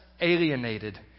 alienated